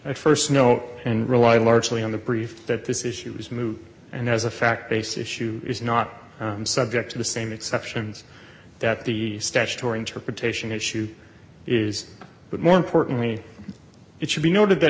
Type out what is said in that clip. i st know and rely largely on the proof that this issue is moot and as a fact based issue is not subject to the same exceptions that the statutory interpretation issue is but more importantly it should be noted that